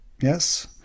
yes